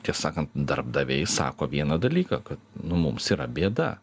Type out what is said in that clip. tiesą sakant darbdaviai sako vieną dalyką kad nu mums yra bėda